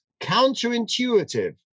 counterintuitive